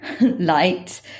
light